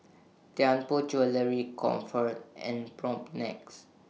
Tianpo Jewellery Comfort and Propnex